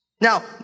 Now